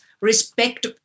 respect